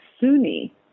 Sunni